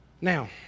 Now